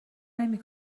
نمی